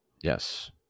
Yes